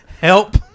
Help